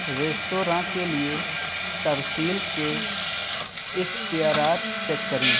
restaurant کے لئے ترسیل کے اختیارات چیک کریں